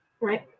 right